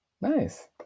Nice